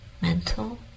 mental